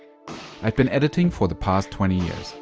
i've been editing for the past twenty years,